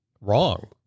wrong